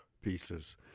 pieces